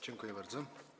Dziękuję bardzo.